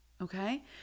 okay